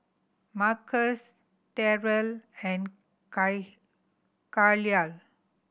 Marquis Terell and Kahlil